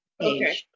okay